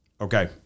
Okay